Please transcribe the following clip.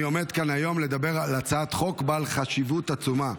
אני עומד כאן היום לדבר על הצעת חוק בעלת חשיבות עצומה: